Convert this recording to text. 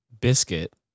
Biscuit